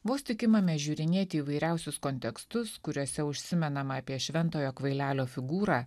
vos tik imame žiūrinėti įvairiausius kontekstus kuriuose užsimenama apie šventojo kvailelio figūrą